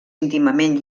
íntimament